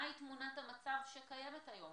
מהי תמונת המצב שקיימת היום.